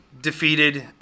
defeated